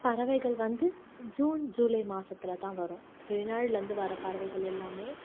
பறவைகள் வந்து June July மாசத்தில் தான் வரும் வெளிநாடில் இருந்து வர பறவைகள் எல்லாமே